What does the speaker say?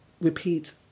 repeat